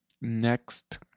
next